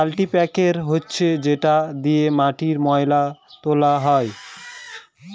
কাল্টিপ্যাকের হচ্ছে যেটা দিয়ে মাটির ময়লা তোলা হয়